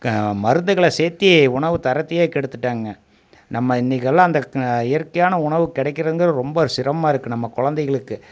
மருந்துகளை சேத்து உணவு தரத்தையே கெடுத்துட்டாங்க நம்ம இன்னக்கெல்லாம் அந்த இயற்கையான உணவு கெடைக்கிறதுங்குறது ரொம்ப சிரமமாக இருக்குது நம்ம குழந்தைகளுக்கு